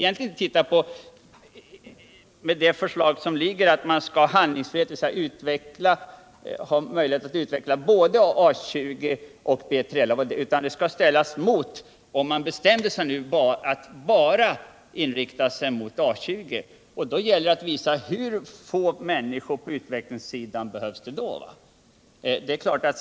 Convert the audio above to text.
Enligt det förslag som ligger skall man ha handlingsfrihet att utveckla både A 20 och B3LA. Men om man bestämmer sig för en inriktning enbart mot A 20, gäller det att visa hur många färre människor som då behövs på utvecklingssidan.